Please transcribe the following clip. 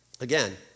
Again